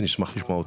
ונשמח לשמוע אותך.